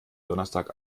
donnerstag